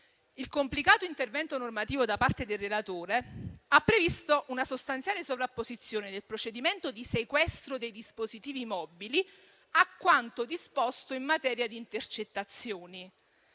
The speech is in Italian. Il complicato intervento normativo da parte del relatore ha previsto una sostanziale sovrapposizione del procedimento di sequestro dei dispositivi mobili a quanto disposto in materia di intercettazioni;